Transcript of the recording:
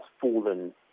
fallen